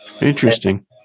Interesting